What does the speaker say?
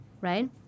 right